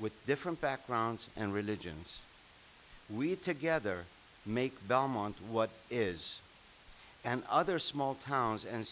with different backgrounds and religions we together make belmont what is and other small towns and